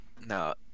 No